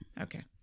Okay